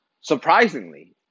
Surprisingly